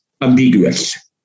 ambiguous